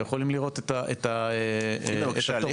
אתם יכולים לראות את --- הנה בבקשה,